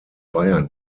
bayern